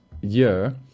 year